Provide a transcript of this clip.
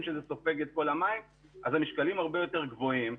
שהמשא סופג את כל המים והמשקלים הרבה יותר גבוהים.